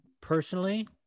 personally –